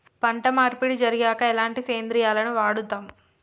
పంట మార్పిడి జరిగాక ఎలాంటి సేంద్రియాలను వాడుతం?